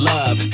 Love